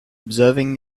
observing